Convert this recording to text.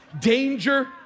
danger